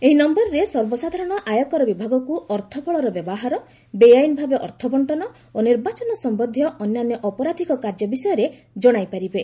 ଏହି ନମ୍ଘରରେ ସର୍ବସାଧାରଣ ଆୟକର ବିଭାଗକୁ ଅର୍ଥବଳର ବ୍ୟବହାର ବେଆଇନ ଭାବେ ଅର୍ଥ ବଣ୍ଟନ ଓ ନିର୍ବାଚନ ସମ୍ଭନ୍ଧୀୟ ଅନ୍ୟାନ୍ୟ ଅପରାଧିକ କାର୍ଯ୍ୟ ବିଷୟରେ ଜଣାଇପାରିବେ